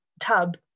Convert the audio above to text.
tub